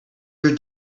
are